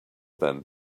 then